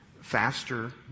faster